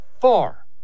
far